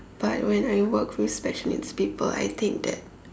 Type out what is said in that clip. but when I work with special needs people I think that